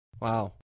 Wow